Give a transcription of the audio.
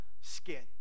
skin